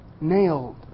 nailed